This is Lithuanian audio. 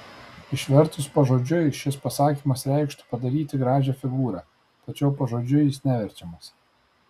išvertus pažodžiui šis pasakymas reikštų padaryti gražią figūrą tačiau pažodžiui jis neverčiamas